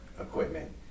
equipment